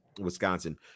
Wisconsin